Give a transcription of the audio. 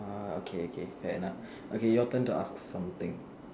uh okay okay fair enough okay your turn to ask something